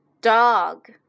dog